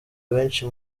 abenshi